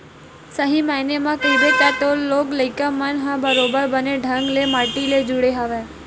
सही मायने म कहिबे त तोर लोग लइका मन ह बरोबर बने ढंग ले माटी ले जुड़े हवय